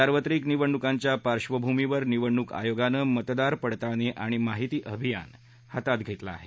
सार्वत्रिक निवडणुकांच्या पार्श्वभूमीवर निवडणूक आयोगानं मतदार पडताळणी आणि माहिती अभियान हाती घेतलं आहे